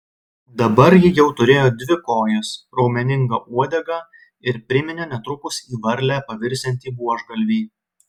dabar ji jau turėjo dvi kojas raumeningą uodegą ir priminė netrukus į varlę pavirsiantį buožgalvį